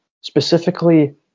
specifically